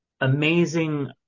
amazing